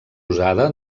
usada